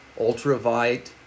ultravite